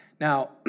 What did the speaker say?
Now